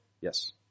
Yes